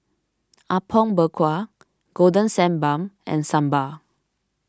Apom Berkuah Golden Sand Bun and Sambal